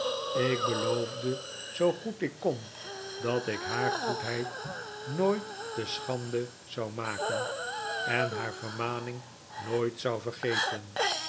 ik beloofde zoo goed ik kon dat ik haar goedheid nooit te schande zou maken en haar vermaning nooit zou vergeten